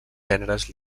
gèneres